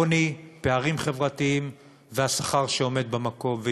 עוני, פערים חברתיים והשכר שעומד במקום.